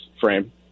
frame